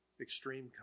extreme